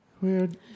weird